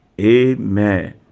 Amen